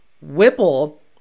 Whipple